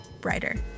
brighter